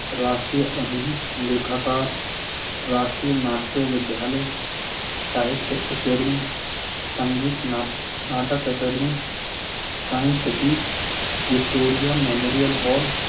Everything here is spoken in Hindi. राष्ट्रीय अभी लेखाकार राष्ट्रीय नाट्य विद्यालय Sahitya Academy Sangeet Natak Academy Science City Victoria Memorial hall